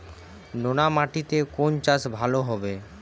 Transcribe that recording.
নোনা মাটিতে কোন চাষ ভালো হবে?